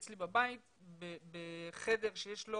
אצלי בבית בחדר שיש לו